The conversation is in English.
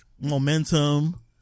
momentum